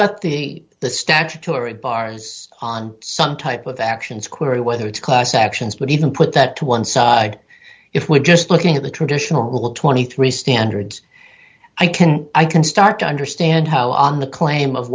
the the statutory bars on some type of actions query whether it's class actions but even put that to one side if we're just looking at the traditional twenty three dollars standards i can i can start to understand how on the claim of